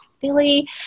silly